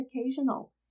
occasional